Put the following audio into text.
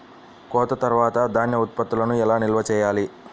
కోత తర్వాత ధాన్య ఉత్పత్తులను ఎలా నిల్వ చేయాలి?